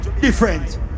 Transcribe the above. different